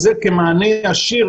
וזה כמענה ישיר,